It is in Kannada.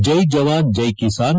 ಜೈ ಜವಾನ್ ಜೈ ಕಿಸಾನ್